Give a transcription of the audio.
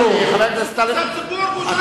חבר הכנסת טלב אלסאנע,